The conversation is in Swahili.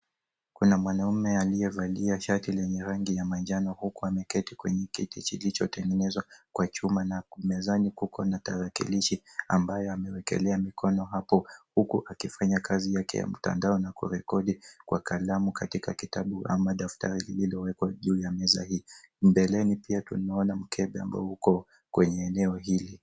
Kuna mwanaume aliyevalia shati lenye rangi ya manjano huku ameketi kwenye kiti kilichotengezwa kwa chuma na mezani kuko na tarakilishi ambayo amewekela mikono hapo huku akifanya kazi yake ya mtandao na kurekodi kwa kalamu katika kitabu ama daftari lilowekwa juu ya meza hii. Mbeleni pia tunaona mkebe ambao uko kwenye eneo hili.